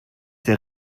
der